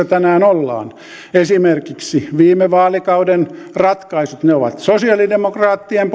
tänään ollaan esimerkiksi viime vaalikauden ratkaisut ovat sosialidemokraattien